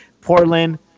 Portland